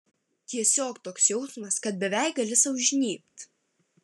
tiesiog toks jausmas kad beveik gali sau žnybt